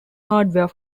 hardware